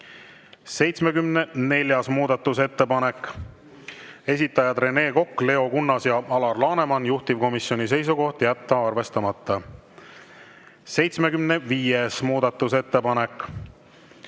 74. muudatusettepanek, esitajad Rene Kokk, Leo Kunnas ja Alar Laneman. Juhtivkomisjoni seisukoht: jätta arvestamata. 75. muudatusettepanek,